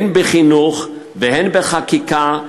הן בחינוך והן בחקיקה,